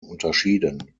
unterschieden